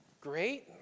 great